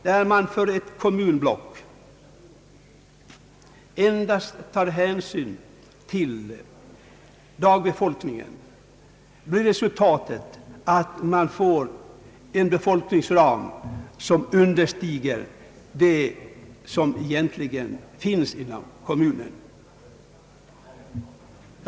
Tar man för ett kommunblock hänsyn till endast dagbefolkningen, visar prognosen en befolkningssiffra som understiger den som verkligen gäller för blocket i fråga.